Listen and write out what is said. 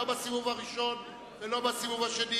לא בסיבוב הראשון ולא בסיבוב השני?